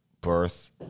birth